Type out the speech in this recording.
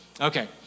Okay